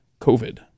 covid